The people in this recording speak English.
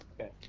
Okay